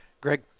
Greg